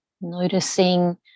noticing